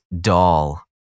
doll